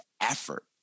effort